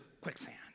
quicksand